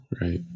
right